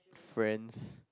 friends